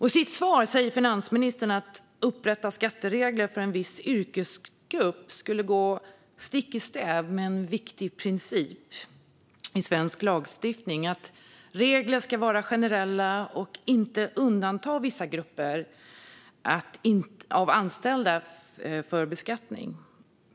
I sitt svar säger finansministern att skatteregler som upprättas för en viss yrkesgrupp skulle gå stick i stäv med en viktig princip i svensk lagstiftning om att regler ska vara generella och inte undanta vissa grupper av anställda från beskattning.